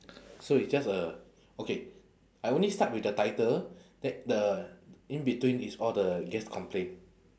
so it's just a okay I only start with the title that the in between it's all the guest complain